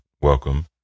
Welcome